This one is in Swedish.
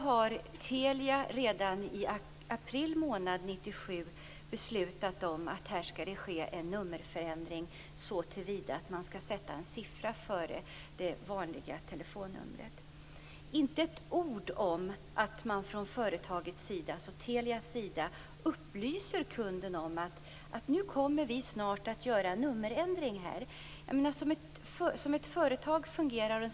Men redan i april 1997 beslutade Telia om en nummerändring så till vida att en siffra skulle läggas till före det vanliga telefonnumret. Inte med ett ord upplyste Telia kunden om att man snart skulle göra en nummerändring.